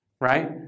right